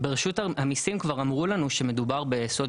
ברשות המיסים כבר אמרו לנו שמדובר בסוד